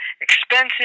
expensive